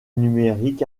numériques